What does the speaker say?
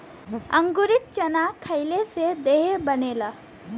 अंकुरित चना खईले से देह बनेला